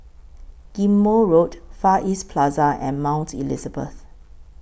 Ghim Moh Road Far East Plaza and Mount Elizabeth